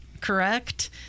correct